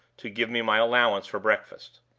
to give me my allowance for breakfast.